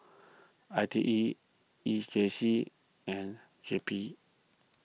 I T E E J C and J P